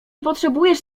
potrzebujesz